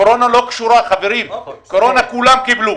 קורונה לא קשורה, קורונה כולם קיבלו.